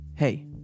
Hey